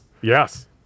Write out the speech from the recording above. Yes